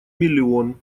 миллион